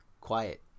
quiet